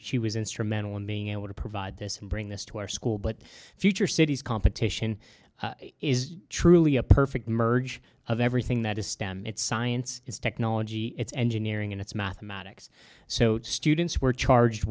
she was instrumental in being able to provide this and bring this to our school but future cities competition is truly a perfect merge of everything that is stem it's science is technology it's engineering and it's mathematics so students were charged